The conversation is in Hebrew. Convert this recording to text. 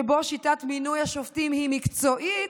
שבה שיטת מינוי השופטים היא מקצועית,